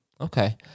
Okay